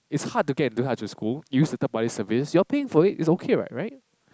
is hard to get into such a school use a third party service you are paying for it it's okay what right